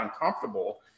uncomfortable